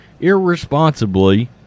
irresponsibly